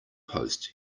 post